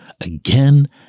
again